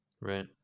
Right